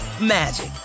magic